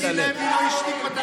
זה לא הספיק.